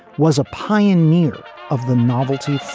was a pioneer of the novelty